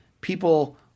People